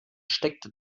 steckte